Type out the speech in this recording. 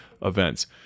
events